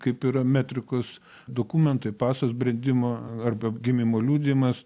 kaip ir metrikos dokumentai pasas brendimo arba gimimo liudijimas